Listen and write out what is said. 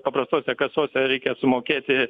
paprastose kasose reikia sumokėti